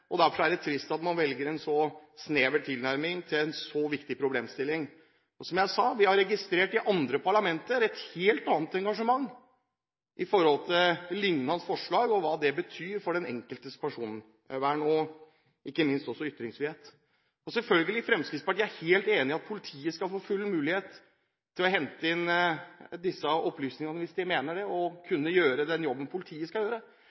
og personvern. Derfor er det trist at man velger en så snever tilnærming til en så viktig problemstilling. Og, som jeg sa, vi har i andre parlamenter registrert et helt annet engasjement for lignende forslag og hva det betyr for den enkeltes personvern og ikke minst også ytringsfrihet. Fremskrittspartiet er selvfølgelig helt enig i at politiet skal få full mulighet til å hente inn disse opplysningene for å kunne gjøre den jobben politiet skal gjøre,